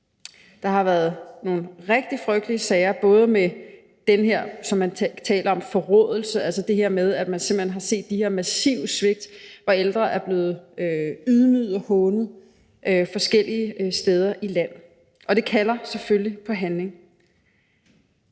Der har været nogle rigtig frygtelige sager med den her forråelse, som man taler om, altså det her med, at man simpelt hen har set de her massive svigt, hvor ældre er blevet ydmyget og hånet forskellige steder i landet. Og det kalder selvfølgelig på handling.